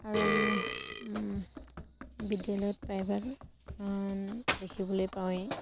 আৰু আমি বিদ্যালয়ত প্ৰায়ভাগ দেখিবলৈ পাওয়েই